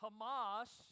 Hamas